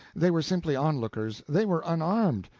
they were simply onlookers they were unarmed,